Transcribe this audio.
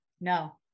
no